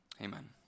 amen